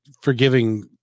forgiving